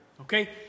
Okay